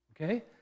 okay